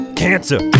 cancer